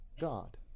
God